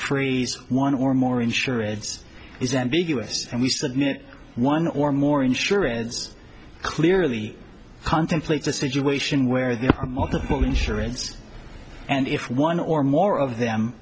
free one or more insurance is ambiguous and we submit one or more insurance clearly contemplates a situation where there are multiple insurance and if one or more of them